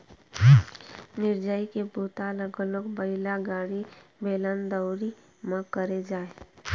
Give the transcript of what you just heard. मिंजई के बूता ल घलोक बइला गाड़ी, बेलन, दउंरी म करे जाए